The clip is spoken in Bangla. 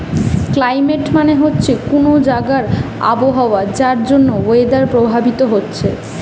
ক্লাইমেট মানে হচ্ছে কুনো জাগার আবহাওয়া যার জন্যে ওয়েদার প্রভাবিত হচ্ছে